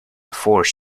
before